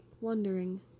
wondering